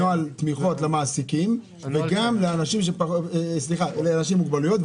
נוהל תמיכות למעסיקים לאנשים עם מוגבלויות,